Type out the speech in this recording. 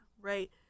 right